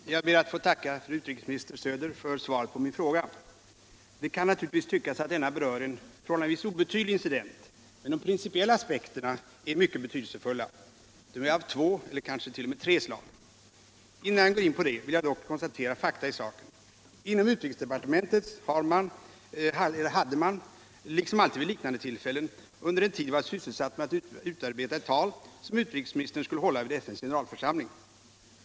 Herr talman! Jag ber att få tacka fru utrikesministern Söder för svaret på min fråga. Det kan naturligtvis tyckas att den rör en förhållandevis obetydlig incident, men de principiella aspekterna är mycket betydelsefulla. De är av två eller kanske t.o.m. tre slag. Innan jag går in härpå vill jag dock konstatera fakta i saken. Inom utrikesdepartementet hade man, liksom alltid vid liknande tillfällen, under en tid varit sysselsatt med att utarbeta ett tal som utrikesministern skulle hålla vid FN:s generalförsamling.